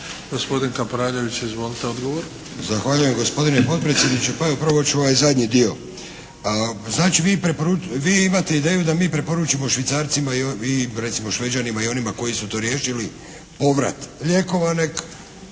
odgovor. **Kapraljević, Antun (HNS)** Zahvaljujem gospodine potpredsjedniče. Pa upravo ću ovaj zadnji dio. Znači vi, vi imate ideju da mi preporučimo Švicarcima i recimo Šveđanima i onima koji su to riješili povrat lijekova,